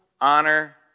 honor